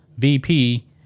VP